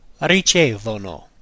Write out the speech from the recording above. ricevono